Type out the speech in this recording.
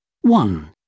One